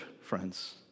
friends